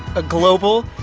a global,